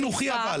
חינוכי.